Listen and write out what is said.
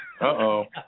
Uh-oh